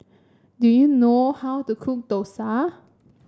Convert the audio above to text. do you know how to cook Dosa